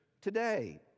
today